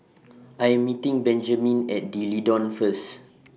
I Am meeting Benjamen At D'Leedon First